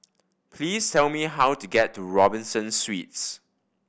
please tell me how to get to Robinson Suites